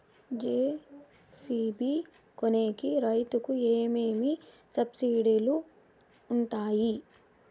JCB కొనేకి రైతుకు ఏమేమి సబ్సిడి లు వుంటాయి?